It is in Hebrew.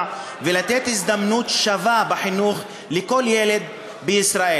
ולתת הזדמנות שווה בחינוך לכל ילד בישראל.